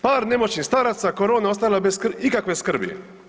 Par nemoćnih staraca korona ostavila bez ikakve skrbi.